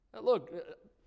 Look